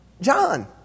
John